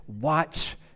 watch